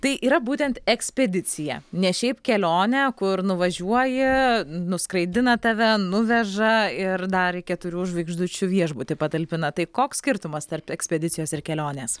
tai yra būtent ekspedicija ne šiaip kelionė kur nuvažiuoji nuskraidina tave nuveža ir dar į keturių žvaigždučių viešbutį patalpina tai koks skirtumas tarp ekspedicijos ir kelionės